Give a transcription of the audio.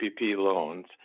loans